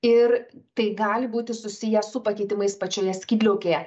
ir tai gali būti susiję su pakitimais pačioje skydliaukėje